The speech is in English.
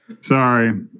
Sorry